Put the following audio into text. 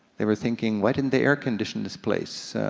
they were thinking, why didn't they air condition this place?